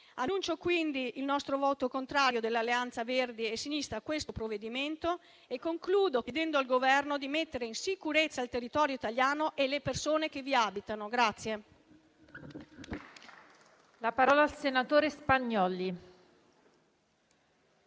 Annuncio quindi il voto contrario dell'Alleanza Verdi e Sinistra a questo provvedimento e concludo chiedendo al Governo di mettere in sicurezza il territorio italiano e le persone che vi abitano.